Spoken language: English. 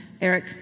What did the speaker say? Eric